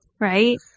right